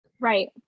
right